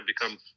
become